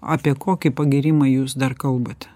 apie kokį pagyrimą jūs dar kalbate